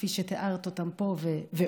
כפי שתיארת אותם פה ועוד,